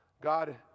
God